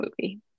movie